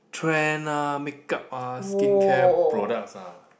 trend ah makeup ah skincare products ah